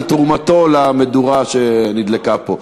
על תרומתו למדורה שנדלקה פה.